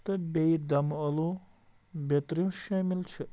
تہٕ بیٚیہِ دَمہٕ ٲلو بیٚترِو شٲمِل چھِ